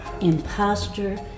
Imposter